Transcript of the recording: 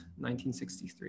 1963